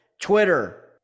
Twitter